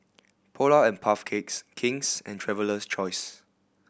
Polar and Puff Cakes King's and Traveler's Choice